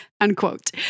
unquote